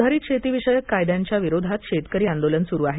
सुधारीत शेतीविषयक कायद्यांच्या विरोधात शेतकरी आंदोलन सुरू आहे